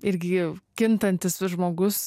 irgi kintantis žmogus